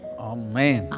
Amen